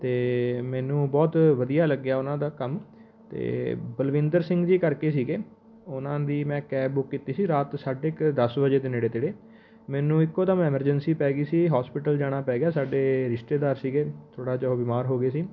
ਅਤੇ ਮੈਨੂੰ ਬਹੁਤ ਵਧੀਆ ਲੱਗਿਆ ਉਹਨਾਂ ਦਾ ਕੰਮ ਅਤੇ ਬਲਵਿੰਦਰ ਸਿੰਘ ਜੀ ਕਰਕੇ ਸੀਗੇ ਉਹਨਾਂ ਦੀ ਮੈਂ ਕੈਬ ਬੁੱਕ ਕੀਤੀ ਸੀ ਰਾਤ ਸਾਢੇ ਕੁ ਦਸ ਵਜੇ ਦੇ ਨੇੜੇ ਤੇੜੇ ਮੈਨੂੰ ਇੱਕੋ ਦਮ ਐਮਰਜੈਂਸੀ ਪੈ ਗਈ ਸੀ ਹੋਸਪੀਟਲ ਜਾਣਾ ਪੈ ਗਿਆ ਸਾਡੇ ਰਿਸ਼ਤੇਦਾਰ ਸੀਗੇ ਥੋੜ੍ਹਾ ਜਿਹਾ ਉਹ ਬਿਮਾਰ ਹੋ ਗਏ ਸੀ